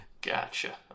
Gotcha